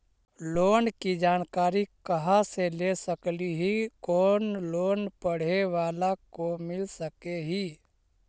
Loan की जानकारी कहा से ले सकली ही, कोन लोन पढ़े बाला को मिल सके ही?